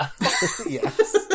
Yes